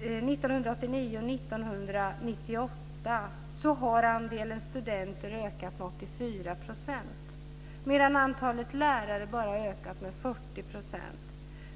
1989 och 1998 har andelen studenter ökat med 84 %, medan antalet lärare har ökat med bara 40 %.